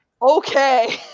Okay